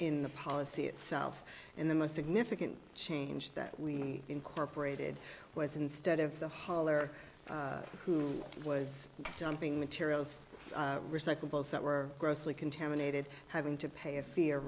in the policy itself and the most significant change that we incorporated was instead of the hauler who was dumping materials recyclables that were grossly contaminated having to pay a fee or